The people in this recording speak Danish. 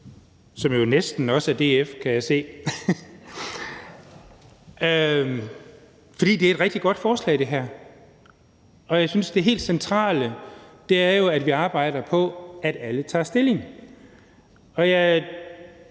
som jo også tæller en fra DF, kan jeg se. Det her er et rigtig godt forslag, og jeg synes jo, det helt centrale er, at vi arbejder for, at alle tager stilling. Jeg